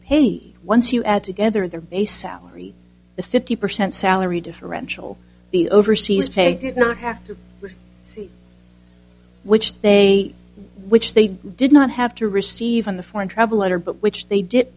paid once you add together their base salary the fifty percent salary differential the overseas pay not have to which they which they did not have to receive in the foreign travel letter but which they did